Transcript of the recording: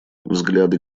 взгляды